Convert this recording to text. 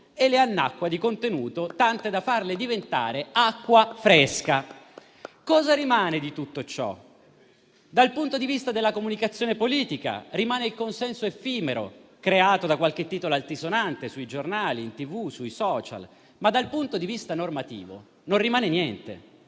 e le si annacqua di contenuto tanto da farle diventare acqua fresca. Dal punto di vista della comunicazione politica, di tutto ciò rimane il consenso effimero creato da qualche titolo altisonante sui giornali, in TV, sui *social,* ma dal punto di vista normativo non rimane niente.